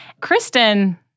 Kristen